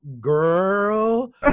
Girl